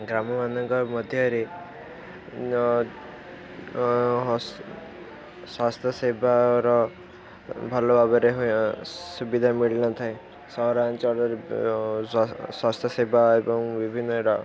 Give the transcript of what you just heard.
ଗ୍ରାମମାନଙ୍କ ମଧ୍ୟରେ ସ୍ୱାସ୍ଥ୍ୟସେବାର ଭଲ ଭାବରେ ସୁବିଧା ମିଳିନଥାଏ ସହରାଞ୍ଚଳରେ ସ୍ୱାସ୍ଥ୍ୟସେବା ଏବଂ ବିଭିନ୍ନ